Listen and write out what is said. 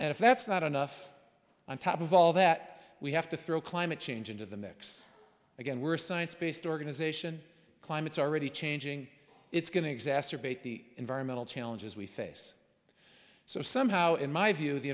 and if that's not enough on top of all that we have to throw climate change into the mix again we're science based organization climates already changing it's going to exacerbate the environmental challenges we face so somehow in my view